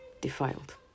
defiled